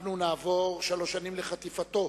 אנחנו נעבור לדיון: שלוש שנים לחטיפתו